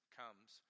comes